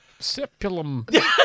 sepulum